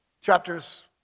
Chapters